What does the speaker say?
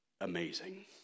amazing